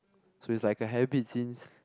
so it's like a habit since